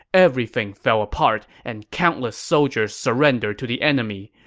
everything fell apart and countless soldiers surrendered to the enemy.